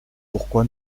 pourquoi